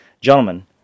Gentlemen